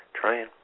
trying